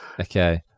Okay